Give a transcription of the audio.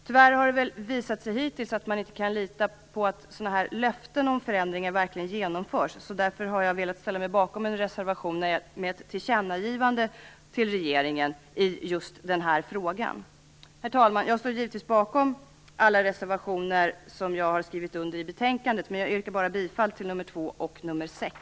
Tyvärr har det hittills visat sig att man inte kan lita på att löften om förändringar verkligen genomförs. Därför har jag velat ställa mig bakom en reservation om ett tillkännagivande till regeringen i just den här frågan. Herr talman! Jag står givetvis bakom alla reservationer till betänkandet som jag har skrivit under, men jag yrkar bara bifall till nr 2 och nr 6.